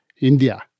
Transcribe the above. India